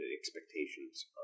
expectations